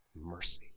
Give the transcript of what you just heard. mercy